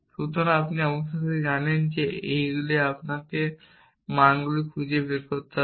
সুতরাং অবশেষে আপনি জানেন যে আপনাকে এইগুলির জন্য মানগুলি খুঁজে বের করতে হবে